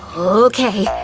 okay,